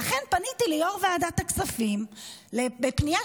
ולכן פניתי ליו"ר ועדת הכספים בפנייה